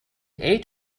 eight